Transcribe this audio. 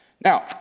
Now